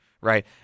right